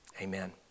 Amen